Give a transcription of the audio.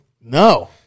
No